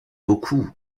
beaucoup